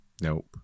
Nope